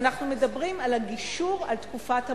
ואנחנו מדברים על הגישור על תקופת המעבר.